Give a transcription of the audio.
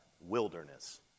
wilderness